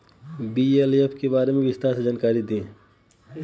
BLF के बारे में विस्तार से जानकारी दी?